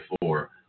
four